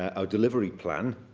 our delivery plan,